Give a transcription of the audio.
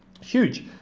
Huge